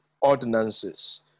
ordinances